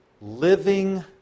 living